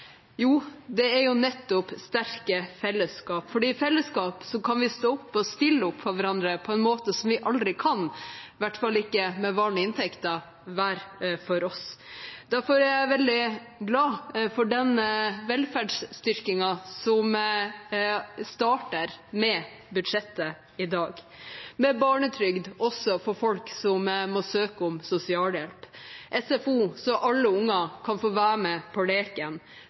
Jo, det er nettopp sterke fellesskap, for i fellesskap kan vi stå opp og stille opp for hverandre på en måte som vi aldri kan hver for oss, i hvert fall ikke med vanlig inntekt. Derfor er jeg veldig glad for den velferdsstyrkingen som starter med budsjettet i dag – med barnetrygd også for folk som må søke om sosialhjelp, SFO, så alle unger kan få være med på leken,